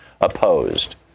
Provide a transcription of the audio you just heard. opposed